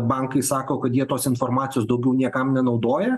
bankai sako kad jie tos informacijos daugiau niekam nenaudoja